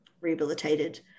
rehabilitated